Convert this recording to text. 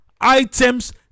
items